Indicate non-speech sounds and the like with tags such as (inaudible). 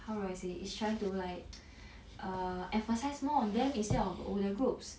how do I say is trying to like (noise) err emphasise more on them instead of older group